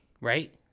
right